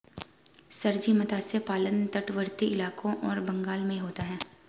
sir ji मत्स्य पालन तटवर्ती इलाकों और बंगाल में होता है